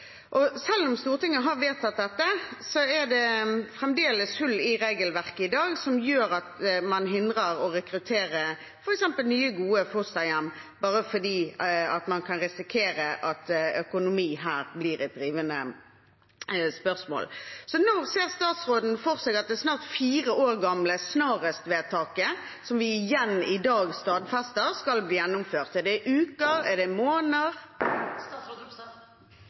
Selv om Stortinget har vedtatt dette, er det fremdeles hull i regelverket i dag som gjør at man hindres i å rekruttere nye gode fosterhjem bare fordi man kan risikere at økonomi her blir et drivende spørsmål. Når ser statsråden for seg at det snart fire år gamle «snarest»-vedtaket som vi i dag igjen stadfester, skal bli gjennomført? Er det uker, er det måneder?